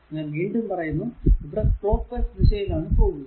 ഞാൻ വീണ്ടും പറയുന്നു ഇവിടെ ക്ലോക്ക് വൈസ് ദിശയിൽ ആണ് പോകുക